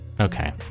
Okay